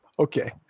Okay